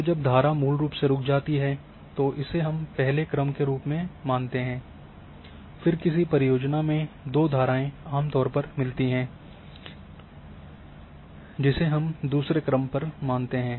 तो ज़ब धारा मूल रूप से रुक जाती है तो इसे हम पहले क्रम के रूप में मानते हैं फिर किसी परियोजना में दो धाराएं आम तौर पर मिलती हैं जिसे हम दूसरे क्रम पर मानते हैं